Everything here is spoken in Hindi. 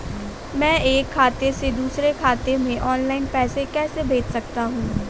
मैं एक खाते से दूसरे खाते में ऑनलाइन पैसे कैसे भेज सकता हूँ?